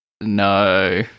No